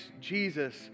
Jesus